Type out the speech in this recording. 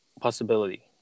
possibility